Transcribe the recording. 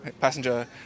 passenger